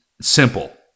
simple